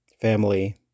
family